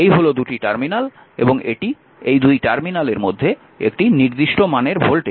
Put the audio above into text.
এই হল দুটি টার্মিনাল এবং এটি এই দুই টার্মিনালের মধ্যে একটি নির্দিষ্ট মানের ভোল্টেজ